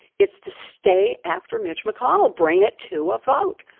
it's to stay after mitch mcconnell. bring it to a vote.